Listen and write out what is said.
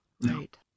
right